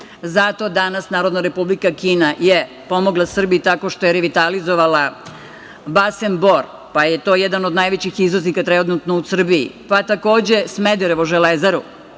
Zato danas Narodna Republika Kina je pomogla Srbiji tako što je revitalizovala Basen Bor, pa je to jedan od najvećih izvoznika trenutno u Srbiji. Takođe, Smederevo, Železaru. Setimo